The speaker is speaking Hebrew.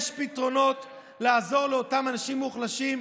יש פתרונות לעזור לאותם אנשים מוחלשים,